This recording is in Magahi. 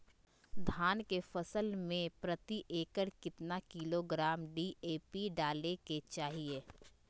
धान के फसल में प्रति एकड़ कितना किलोग्राम डी.ए.पी डाले के चाहिए?